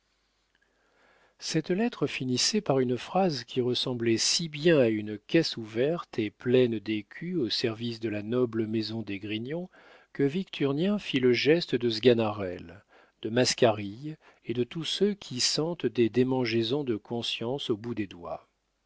cette lettre finissait par une phrase qui ressemblait si bien à une caisse ouverte et pleine d'écus au service de la noble maison d'esgrignon que victurnien fit le geste de sganarelle de mascarille et de tous ceux qui sentent des démangeaisons de conscience au bout des doigts